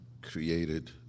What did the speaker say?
created